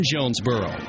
Jonesboro